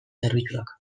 zerbitzuak